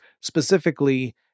specifically